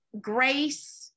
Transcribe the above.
grace